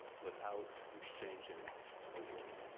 without exchanging a word.